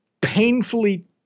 painfully